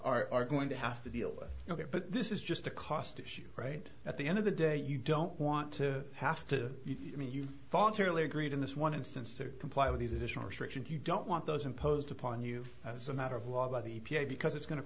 communities are going to have to deal with ok but this is just a cost issue right at the end of the day you don't want to have to eat i mean you voluntarily agreed in this one instance to comply with these additional restrictions you don't want those imposed upon you as a matter of law by the e p a because it's going to